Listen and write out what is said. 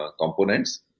components